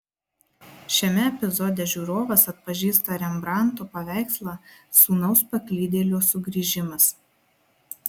šiame epizode žiūrovas atpažįsta rembrandto paveikslą sūnaus paklydėlio sugrįžimas